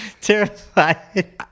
Terrified